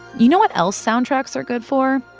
you know what else soundtracks are good for?